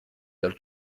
dal